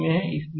इसलिए यह